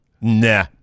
Nah